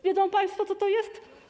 Wiedzą państwo, co to jest?